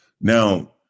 now